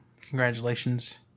congratulations